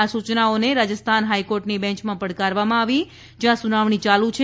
આ સૂચનાઓને રાજસ્થાન હાઈકોર્ટની બેંચમાં પડકારવામાં આવી છે જ્યાં સુનાવણી યાલુ છે